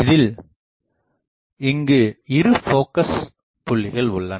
இதில் இங்கு இரு போக்கஸ் புள்ளிகள் உள்ளன